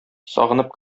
сагынып